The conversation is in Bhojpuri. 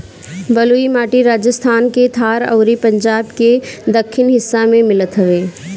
बलुई माटी राजस्थान के थार अउरी पंजाब के दक्खिन हिस्सा में मिलत हवे